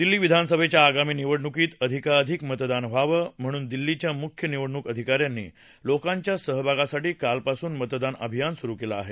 दिल्ली विधानसभेच्या आगामी निवडणुकीत अधिकाधिक मतदान व्हावं म्हणून दिल्लीच्या मुख्य निवडणुक अधिकाऱ्यांनी लोकांच्या सहभागासाठी कालपासून मतदान अभियान सुरु केलं आहे